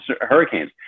hurricanes